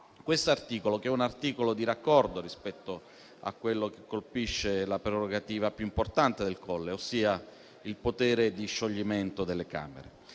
poi l'articolo 3, che ha una funzione di raccordo rispetto a quello che colpisce la prerogativa più importante del Colle, ossia il potere di scioglimento delle Camere.